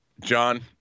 John